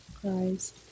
cries